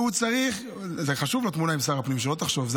חשובה לו תמונה עם שר הפנים, שלא תחשוב.